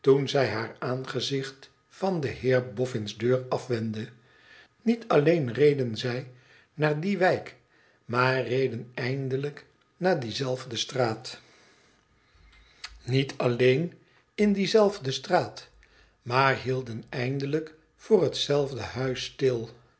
toen zij haar aangezicht van des heeren boffins deur afwendde niet alleen reden zij naar die wijk maar reden eindelijk naar die zelfde straat niet alleen in die zelfde straat maar hielden eindelijk voor hetzelfde huis stil